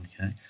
okay